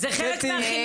זה --- יותר מהר.